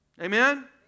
Amen